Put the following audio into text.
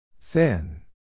Thin